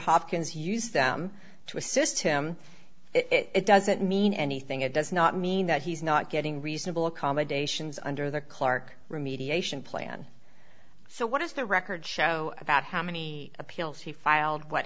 hopkins used them to assist him it doesn't mean anything it does not mean that he's not getting reasonable accommodations under the clarke remediation plan so what does the record show about how many appeals he filed what